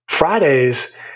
Fridays